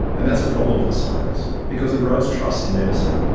and that's a problem for science. because it erodes trust in medicine,